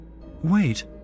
Wait